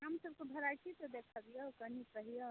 आम सबके भेराइटी तऽ देखबियौ कनि कहियौ